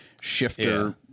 shifter